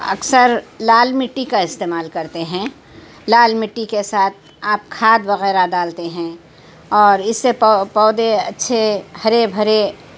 اکثر لال مٹی کا استعمال کرتے ہیں لال مٹّی کے ساتھ آپ کھاد وغیرہ ڈالتے ہیں اور اس سے پو پودے اچّھے ہرے بھرے